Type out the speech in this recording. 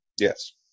Yes